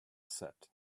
set